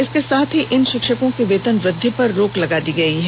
इसके साथ ही इन षिक्षकों के वेतन वृद्धि पर रोक लगा दी गई है